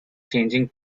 changing